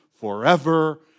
forever